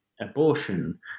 abortion